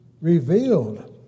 revealed